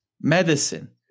medicine